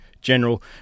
general